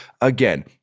again